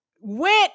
Went